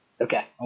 Okay